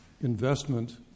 investment